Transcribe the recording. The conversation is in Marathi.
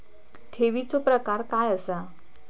ठेवीचो प्रकार काय असा?